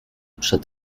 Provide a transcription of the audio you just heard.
przed